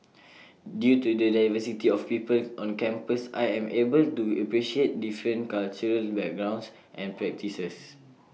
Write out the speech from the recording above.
due to the diversity of people on campus I am able to appreciate different cultural backgrounds and practices